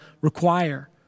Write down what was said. require